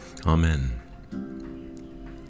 Amen